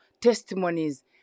testimonies